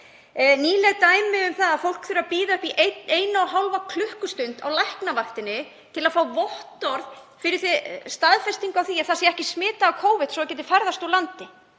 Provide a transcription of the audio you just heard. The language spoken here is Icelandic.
Nýleg dæmi eru um að fólk þurfi að bíða upp í eina og hálfa klukkustund á Læknavaktinni til að fá vottorð um staðfestingu á því að það sé ekki smitað af Covid svo að það geti ferðast úr landi?